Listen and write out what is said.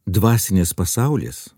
dvasinis pasaulis